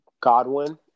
Godwin